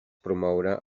promoure